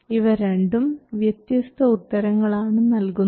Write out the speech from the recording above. ഇവ രണ്ടും വ്യത്യസ്ത ഉത്തരങ്ങൾ ആണ് നൽകുന്നത്